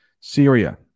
Syria